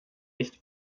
echt